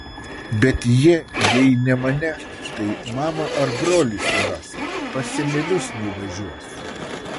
bet jie jei ne mane tai mamą ar brolį suras pas senelius nuvažiuos